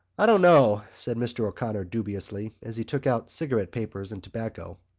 i don't know, said mr. o'connor dubiously, as he took out cigarette-papers and tobacco.